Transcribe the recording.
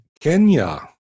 Kenya